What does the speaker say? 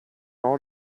out